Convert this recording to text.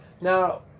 Now